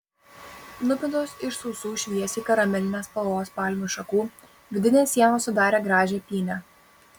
nupintos iš sausų šviesiai karamelinės spalvos palmių šakų vidinės sienos sudarė gražią pynę